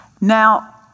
Now